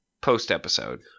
post-episode